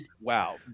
Wow